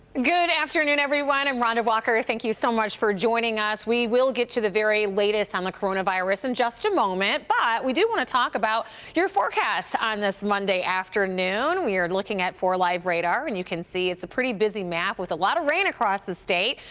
good afternoon, everyone, i'm rhonda walker, thank you so much for joining us. we will get to the very latest on the coronavirus in just a moment. but, we do want to talk about your forecast on this monday afternoon we are looking at four live radar and you can see pretty busy map with a lot of rain across the state.